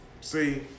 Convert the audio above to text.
See